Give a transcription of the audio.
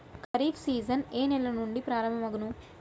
Kharif season ఏ నెల నుండి ప్రారంభం అగును?